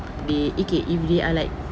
they okay if they are like